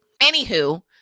Anywho